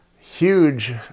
huge